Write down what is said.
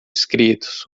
escritos